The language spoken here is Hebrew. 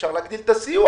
אפשר להגדיל את הסיוע,